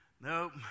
Nope